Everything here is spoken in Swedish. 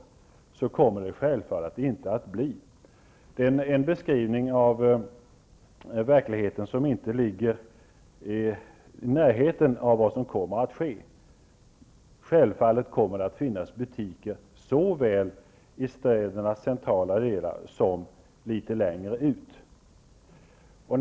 Så kommer det självfallet inte att bli. Det är en beskrivning av verkligheten som inte ligger ens i närheten av vad som kommer att ske. Det kommer självfallet att finnas butiker, såväl i städernas centrala delar som litet utanför.